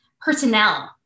personnel